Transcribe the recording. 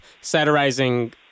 satirizing